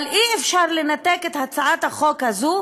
אבל אי-אפשר לנתק את הצעת החוק הזאת